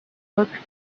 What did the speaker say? looked